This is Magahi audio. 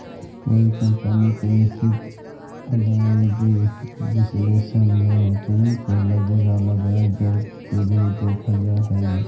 कोई कंपनी के निश्चित आदाएगी विश्लेषण में ऋण पर लगे वाला ब्याज दर के भी देखल जा हई